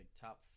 top